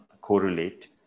correlate